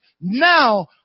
now